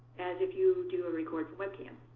as if you do a record from webcam.